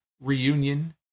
reunion